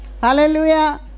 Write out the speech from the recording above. Hallelujah